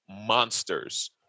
monsters